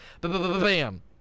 bam